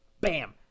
Bam